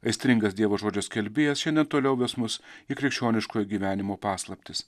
aistringas dievo žodžio skelbėjas šiandien toliau ves mus į krikščioniškojo gyvenimo paslaptis